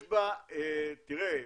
לא,